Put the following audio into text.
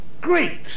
Great